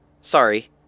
Sorry